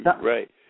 Right